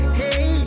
hey